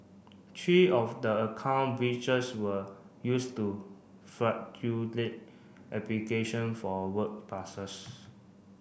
three of the account breaches were used to application for work passes